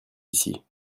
ici